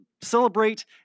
celebrate